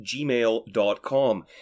gmail.com